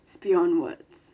beyond words